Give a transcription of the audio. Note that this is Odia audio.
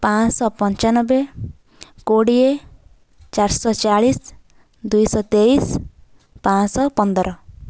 ପାଞ୍ଚ ଶହ ପଞ୍ଚାନବେ କୋଡ଼ିଏ ଚାରି ଶହ ଚାଳିଶ ଦୁଇ ଶହ ତେଇଶ ପାଞ୍ଚ ଶହ ପନ୍ଦର